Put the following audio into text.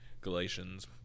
Galatians